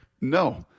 No